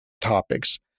topics